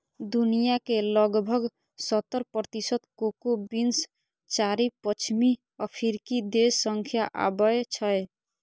दुनिया के लगभग सत्तर प्रतिशत कोको बीन्स चारि पश्चिमी अफ्रीकी देश सं आबै छै